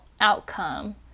outcome